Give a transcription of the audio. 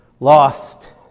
lost